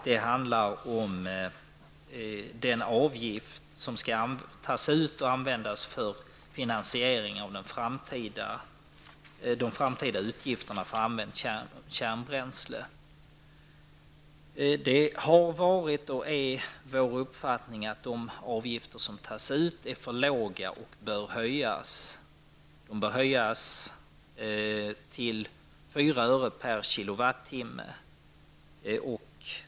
Den handlar om den avgift som skall tas ut och användas för finansiering av de framtida utgifterna för använt kärnbränsle. Det har varit och är vår uppfattning att de avgifter som tas ut är för låga och bör höjas. De bör höjas till 4 öre/kWh.